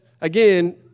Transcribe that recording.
again